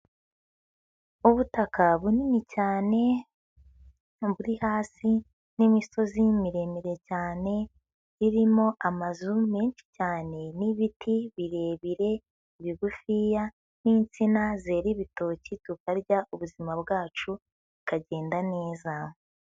Ubutaka bunini cyane buri hasi n'imisozi miremire cyane irimo amazu menshi cyane n'ibiti birebire, bigufiya n'insina zera ibitoki tukarya, ubuzima bwacu bukagenda neza.